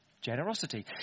generosity